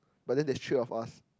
but then there is three of us